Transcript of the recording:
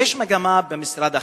יש מגמה במשרד החינוך,